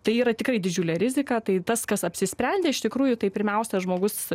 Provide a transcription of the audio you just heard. tai yra tikrai didžiulė rizika tai tas kas apsisprendė iš tikrųjų tai pirmiausia žmogus